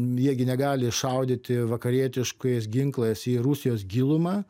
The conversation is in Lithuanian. jie gi negali šaudyti vakarietiškais ginklais į rusijos gilumą